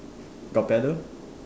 got pedal